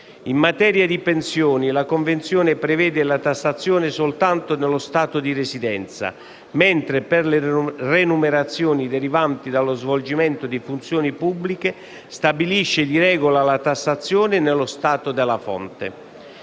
In materia di pensioni, la Convenzione prevede la tassazione soltanto nello Stato di residenza, mentre per le remunerazioni derivanti dallo svolgimento di funzioni pubbliche stabilisce di regola la tassazione nello Stato della fonte.